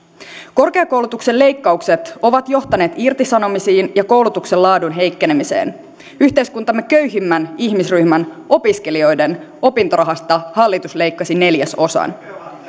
korkeakoulutuksen leikkaukset ovat johtaneet irtisanomisiin ja koulutuksen laadun heikkenemiseen yhteiskuntamme köyhimmän ihmisryhmän opiskelijoiden opintorahasta hallitus leikkasi neljäsosan